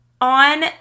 on